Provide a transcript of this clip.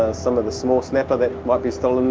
ah some of the small snapper that might be